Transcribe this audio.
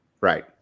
Right